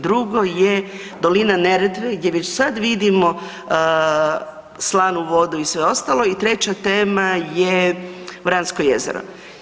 Drugo je dolina Neretve gdje već sad vidimo slanu vodu i sve ostalo i treća tema je Vransko jezero.